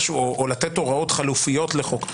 לתת הוראות חלופיות לחוק.